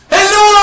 Hello